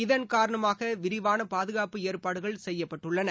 இதன் காரணமாக விரிவான பாதுகாப்பு ஏற்பாடுகள் செய்யப்பட்டுள்ளன